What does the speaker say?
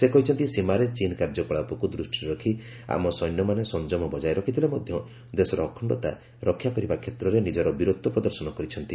ସେ କହିଛନ୍ତି ସୀମାରେ ଚୀନ୍ କାର୍ଯ୍ୟକଳାପକୁ ଦୂଷ୍ଟିରେ ରଖି ଆମ ସୈନ୍ୟମାନେ ସଂଯମ ବଜାୟ ରଖିଥିଲେ ମଧ୍ୟ ଦେଶର ଅଖିଷ୍ଠତା ରକ୍ଷା କରିବା କ୍ଷେତ୍ରରେ ନିଜର ବୀରତ୍ନ ପ୍ରଦର୍ଶନ କରିଛନ୍ତି